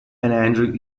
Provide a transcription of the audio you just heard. andrew